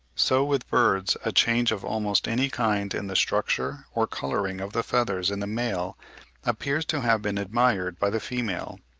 so with birds a change of almost any kind in the structure or colouring of the feathers in the male appears to have been admired by the female.